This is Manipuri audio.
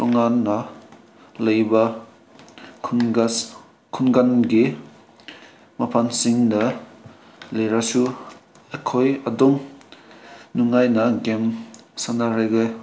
ꯇꯣꯡꯉꯥꯟꯅ ꯂꯩꯕ ꯈꯨꯡꯒꯪꯒꯤ ꯃꯐꯝꯁꯤꯡꯗ ꯂꯩꯔꯁꯨ ꯑꯩꯈꯣꯏ ꯑꯗꯨꯝ ꯅꯨꯡꯉꯥꯏꯅ ꯒꯦꯝ ꯁꯥꯟꯅꯔꯒ